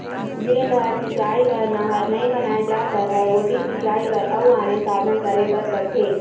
जेन डहर सिंचई बर नहर नइ बनाए जा सकय ओती सिंचई बर अउ आने साधन करे बर परथे